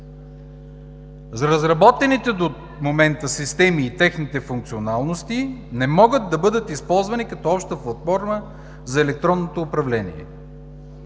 Разработените до момента системи и техните функционалности не могат да бъдат използвани като обща платформа за електронното управление.